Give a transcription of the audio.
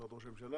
משרד ראש הממשלה,